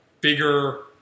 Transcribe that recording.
bigger